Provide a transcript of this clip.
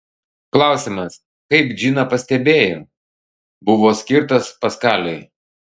klausimas kaip džina pastebėjo buvo skirtas paskaliui